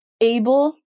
able